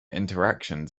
interactions